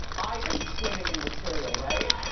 i am swimming in material, right?